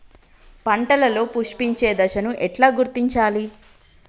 పంటలలో పుష్పించే దశను ఎట్లా గుర్తించాలి?